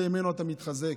וממנו אתה מתחזק.